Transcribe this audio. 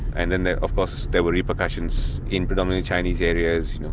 and then then of course there were repercussions in predominantly chinese areas,